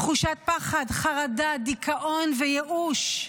תחושת פחד, חרדה, דיכאון וייאוש,